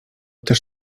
też